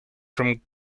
from